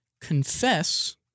confess